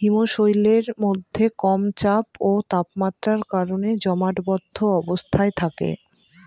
হিমশৈলের মধ্যে কম চাপ ও তাপমাত্রার কারণে জমাটবদ্ধ অবস্থায় থাকে